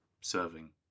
serving